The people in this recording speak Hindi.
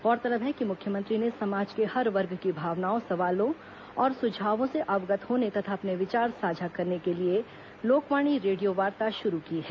गौरतलब है कि मुख्यमंत्री ने समाज के हर वर्ग की भावनाओं सवालों और सुझावों से अवगत होने तथा अपने विचार साझा करने के लिए लोकवाणी रेडियोवार्ता शुरू की है